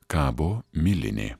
kabo milinė